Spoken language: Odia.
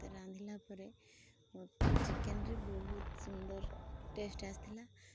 ରାନ୍ଧିଲା ପରେ ଚିକେନ୍ରେ ବହୁତ ସୁନ୍ଦର ଟେଷ୍ଟ୍ ଆସିଥିଲା